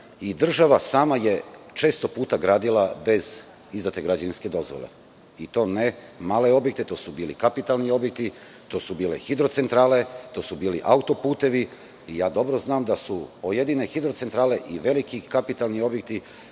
država sama je često puta gradila bez izdate građevinske dozvole i to ne male objekte. To su bili kapitalni objekti, to su bile hidrocentrale, to su bili autoputevi. Ja dobro znam da su pojedine hidrocentrale i veliki kapitalni objekti